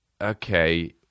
okay